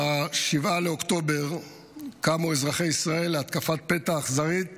ב-7 באוקטובר קמו אזרחי ישראל להתקפת פתע אכזרית